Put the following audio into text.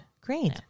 great